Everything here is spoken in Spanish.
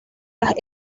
las